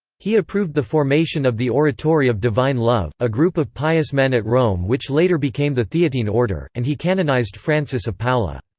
he approved the formation of the oratory of divine love, a group of pious men at rome which later became the theatine order, and he canonized francis of paola.